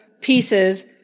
pieces